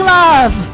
love